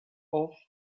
off